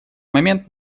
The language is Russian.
момент